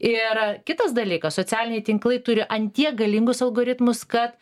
ir kitas dalykas socialiniai tinklai turi an tiek galingus algoritmus kad